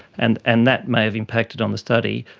and and that may have impacted on the study.